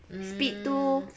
mm